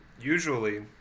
usually